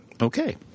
Okay